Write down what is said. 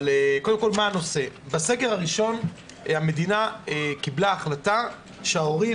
בסגר הראשון המדינה קיבלה החלטה שההורים,